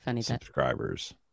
subscribers